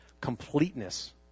completeness